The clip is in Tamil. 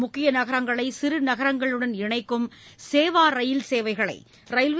முக்கிய நகரங்களை சிறு நகரங்களுடன் இணைக்கும் சேவா ரயில் சேவைகளை ரயில்வே